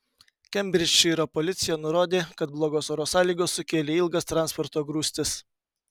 kembridžšyro policija nurodė kad blogos oro sąlygos sukėlė ilgas transporto grūstis